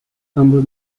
ambos